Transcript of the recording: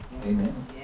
Amen